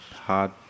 hard